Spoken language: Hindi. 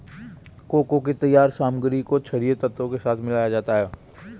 कोको के तैयार सामग्री को छरिये तत्व के साथ मिलाया जाता है